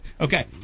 Okay